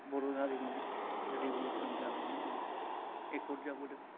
बर' हारिनि रिभिलेसन जानायनि उनाव एकर्द जाबोदोंं